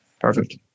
Perfect